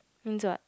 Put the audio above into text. means what